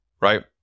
right